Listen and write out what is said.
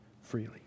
freely